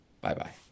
Bye-bye